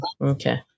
okay